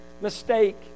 mistake